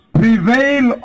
prevail